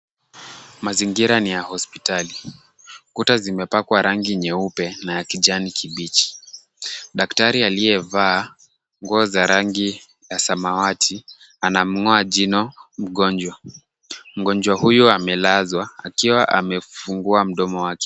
Mazingira ni ya hospitali. Kuta zimepakwa rangi nyeupe na ya kijani kibichi. Daktari aliyevaa nguo za rangi ya samawati anamng'oa jino mgonjwa. Mgonjwa huyu amelazwa akiwa amefungua mdomo wake.